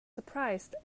surprised